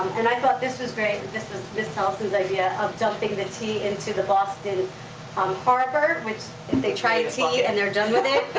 and i thought this was great. this was miss tellefson's idea of dumping the tea into the boston um harbor, which, if they tried tea and they're done with it,